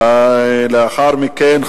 ולאחר מכן,